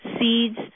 seeds